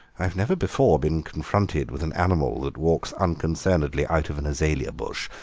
i've never before been confronted with an animal that walks unconcernedly out of an azalea bush,